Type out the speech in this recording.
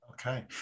Okay